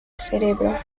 cerebro